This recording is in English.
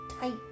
tight